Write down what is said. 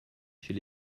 chez